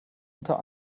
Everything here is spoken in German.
unter